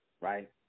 right